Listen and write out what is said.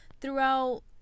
throughout